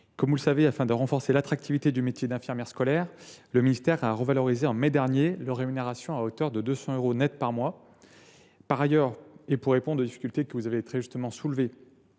Comme vous le savez, afin de renforcer l’attractivité du métier d’infirmière scolaire, le ministère a revalorisé leur rémunération, en mai dernier, à hauteur de 200 euros net par mois. Par ailleurs, pour répondre aux difficultés que vous avez très justement soulevées,